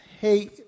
hey